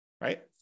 right